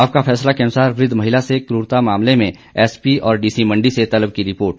आपका फैसला के अनुसार वृद्ध महिला से क्ररता मामले में एसपी और डीसी मंडी से तलब की रिपोर्ट